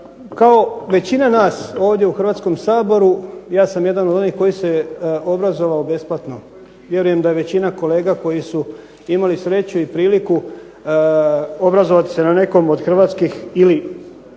kao većina nas ovdje u Hrvatskom saboru, ja sam jedan od onih koji se obrazovao besplatno. Vjerujem da većina kolega koji su imali sreću i priliku obrazovati se na nekom od hrvatskih ili